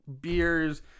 beers